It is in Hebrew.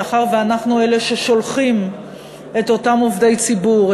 מאחר שאנחנו אלה ששולחים את אותם עובדי ציבור,